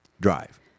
drive